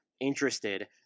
interested